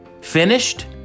Finished